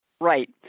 Right